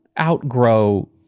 outgrow